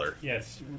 yes